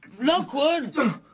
Lockwood